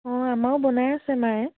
অঁ আমাৰো বনাই আছে মায়ে